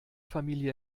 familie